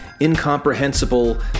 incomprehensible